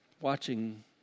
watching